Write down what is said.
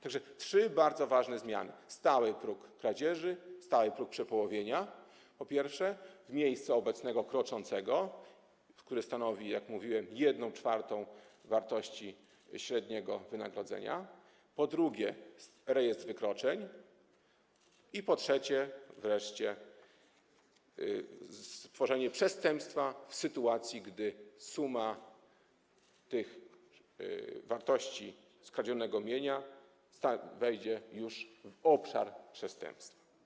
To są trzy bardzo ważne zmiany: stały próg kradzieży, stały próg przepołowienia, po pierwsze, w miejscu obecnego kroczącego, który stanowi, jak mówiłem, 1/4 wartości średniego wynagrodzenia, po drugie, rejestr wykroczeń, po trzecie, stworzenie przestępstwa, w sytuacji gdy suma tych wartości skradzionego mienia wejdzie już w obszar przestępstwa.